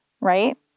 right